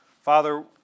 Father